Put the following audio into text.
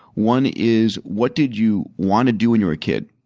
one is what did you want to do when you were a kid?